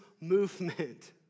movement